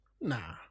Nah